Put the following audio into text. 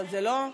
בדיוק.